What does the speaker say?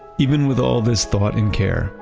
even with all this thought and care,